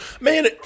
Man